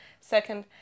second